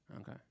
Okay